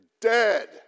dead